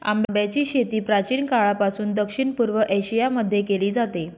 आंब्याची शेती प्राचीन काळापासून दक्षिण पूर्व एशिया मध्ये केली जाते